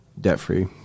debt-free